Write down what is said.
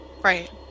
Right